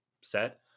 set